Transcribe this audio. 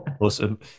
Awesome